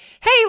hey